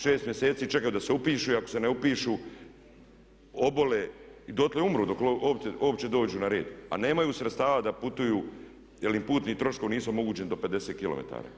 6 mjeseci čekati da se upišu i ako se ne upišu obole, i dotle umru dok uopće dođu na red a nemaju sredstava da putuju jer im putni troškovi nisu omogućeni do 50km.